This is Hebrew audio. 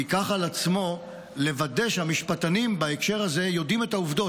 ייקח על עצמו לוודא שהמשפטנים בהקשר הזה יודעים את העובדות.